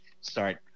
start